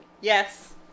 Yes